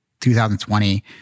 2020